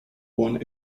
one